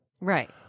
Right